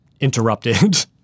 interrupted